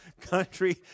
country